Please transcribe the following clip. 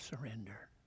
surrender